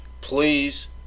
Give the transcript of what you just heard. please